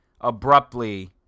abruptly